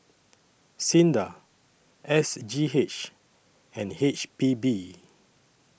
SINDA S G H and H P B